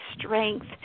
strength